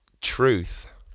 truth